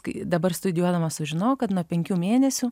dabar studijuodama sužinojau kad nuo penkių mėnesių